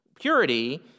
purity